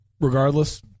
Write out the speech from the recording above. Regardless